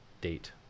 date